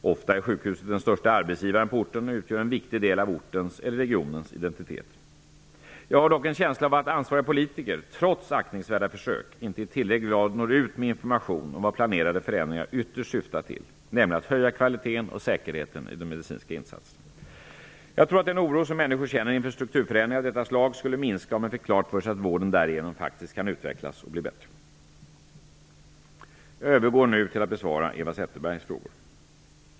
Ofta är sjukhuset den största arbetsgivaren på orten och utgör en viktig del av ortens eller regionens identitet. Jag har dock en känsla av att ansvariga politiker -- trots aktningsvärda försök -- inte i tillräcklig grad når ut med information om vad planerade förändringar ytterst syftar till, nämligen att höja kvaliteten och säkerheten i de medicinska insatserna. Jag tror att den oro som människor känner inför strukturförändringar av detta slag skulle minska om man fick klart för sig att vården därigenom faktiskt kan utvecklas och bli bättre. Jag övergår nu till att besvara Eva Zetterbergs frågor.